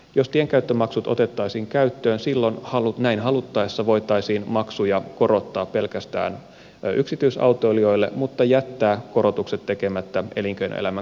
jos tienkäyttömaksut otettaisiin käyttöön silloin näin haluttaessa voitaisiin maksuja korottaa pelkästään yksityisautoilijoille mutta jättää korotukset tekemättä elinkeinoelämän kuljetuksille